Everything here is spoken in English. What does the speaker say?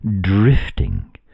drifting